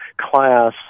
class